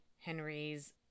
Henry's